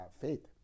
faith